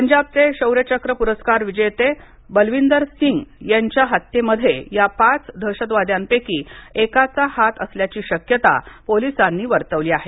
पंजाबचे शौर्यचक्र प्रस्कार विजेते बलविंदर सिंग यांच्या हत्येमध्ये या पाच दहशतवाद्यांपैकी एकाचा हात असल्याची शक्यता पोलिसांनी वर्तवली आहे